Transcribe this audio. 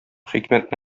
хикмәт